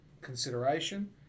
consideration